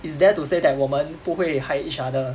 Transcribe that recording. it's there to say that 我们不会害 each other